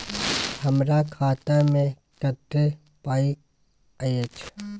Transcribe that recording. हमरा खाता में कत्ते पाई अएछ?